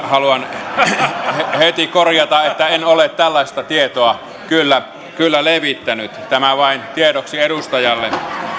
haluan heti korjata että en ole tällaista tietoa kyllä kyllä levittänyt tämä vain tiedoksi edustajalle